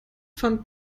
fand